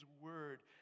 word